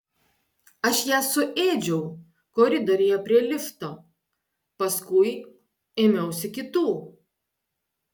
aš ją suėdžiau koridoriuje prie lifto paskui ėmiausi kitų